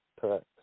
Correct